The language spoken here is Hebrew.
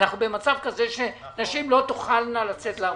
אנחנו במצב כזה שנשים לא תוכלנה לצאת לעבודה.